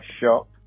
shop